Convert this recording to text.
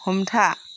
हमथा